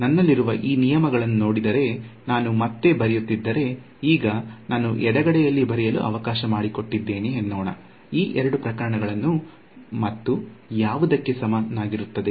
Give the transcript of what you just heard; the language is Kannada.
ನನ್ನಲ್ಲಿರುವ ಈ ನಿಯಮಗಳನ್ನು ನೋಡಿದರೆ ನಾನು ಮತ್ತೆ ಬರೆಯುತ್ತಿದ್ದರೆ ಈಗ ನಾನು ಎಡಗಡೆ ಯಲ್ಲಿ ಬರೆಯಲು ಅವಕಾಶ ಮಾಡಿಕೊಟ್ಟಿದ್ದೇನೆ ಎನ್ನೋಣ ಈ ಎರಡು ಪ್ರಕರಣಗಳು ಮತ್ತು ಯಾವುದಕ್ಕೆ ಸಮಾನವಾಗಿರುತ್ತದೆ